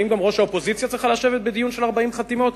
האם גם ראש האופוזיציה צריכה לשבת בדיון של 40 חתימות,